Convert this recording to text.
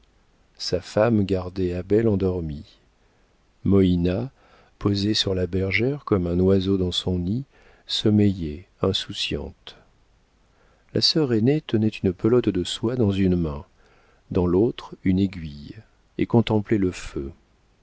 sa femme gardait abel endormi moïna posée sur la bergère comme un oiseau dans son nid sommeillait insouciante la sœur aînée tenait une pelote de soie dans une main dans l'autre une aiguille et contemplait le feu